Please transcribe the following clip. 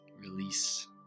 release